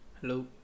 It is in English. hello